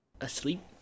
Asleep